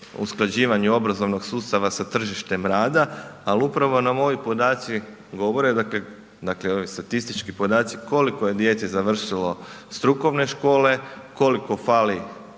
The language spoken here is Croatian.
usklađivanju obrazovnog sustava sa tržištem rada, ali upravo nam ovi podaci govore dakle, dakle ovi statistički podaci koliko je djece završilo strukovne škole, koliko fali